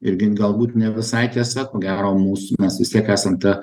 irgi galbūt ne visai tiesa ko gero mūsų mes vis tiek esam ta